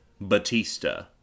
Batista